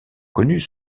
connus